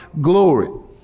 glory